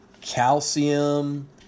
calcium